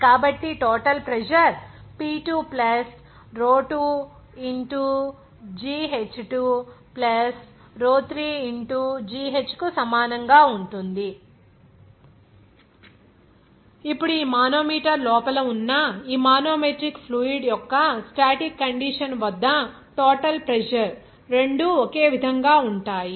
కాబట్టి total pressure P2 2gh2 3gh కు సమానం గా ఉంటుంది ఇప్పుడు ఈ మానోమీటర్ లోపల ఉన్న ఈ మానోమెట్రిక్ ఫ్లూయిడ్ యొక్క స్టాటిక్ కండిషన్ వద్ద టోటల్ ప్రెజర్ రెండూ ఒకే విధంగా ఉంటాయి